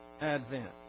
Advent